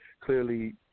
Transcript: Clearly